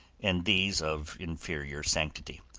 and these of inferior sanctity.